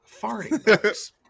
farting